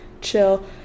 chill